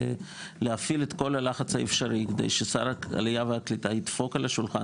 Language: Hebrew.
ולהפעיל את כל הלחץ האפשרי כדי ששר העלייה והקליטה ידפוק על השולחן.